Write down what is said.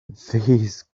these